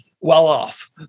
Well-off